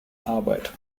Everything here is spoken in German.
arbeit